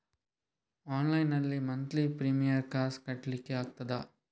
Online ನಲ್ಲಿ monthly premium ಕಾಸ್ ಕಟ್ಲಿಕ್ಕೆ ಆಗ್ತದಾ?